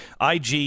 IG